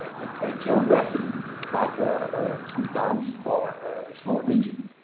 let's say geographic like ah ah few towns, or small region.